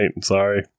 Sorry